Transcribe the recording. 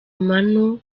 manu